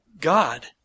God